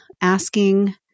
asking